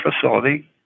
facility